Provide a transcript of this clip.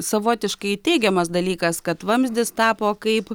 savotiškai teigiamas dalykas kad vamzdis tapo kaip